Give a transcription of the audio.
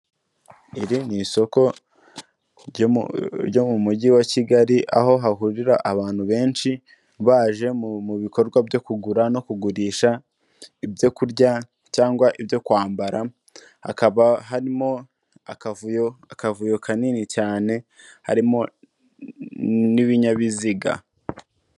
Iri ni isoko ryo mu mujyi wa Kigali, aho hahurira abantu benshi baje mu bikorwa byo kugura no kugurisha ibyo kurya cyangwa ibyo kwambara, hakaba harimo akavuyo, akavuyo kanini cyane harimo n'ibinyabiziga.